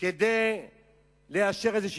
כדי לאשר איזו תוכנית.